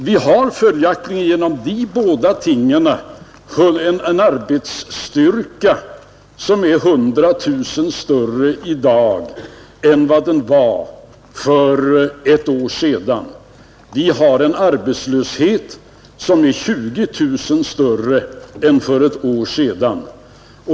Vi har genom dessa båda omständigheter en arbetsstyrka som är 100 000 personer större i dag än den var för ett år sedan, och vi har en arbetslöshet som är 20 000 personer större än för ett år sedan.